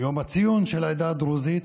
יום הציון של העדה הדרוזית,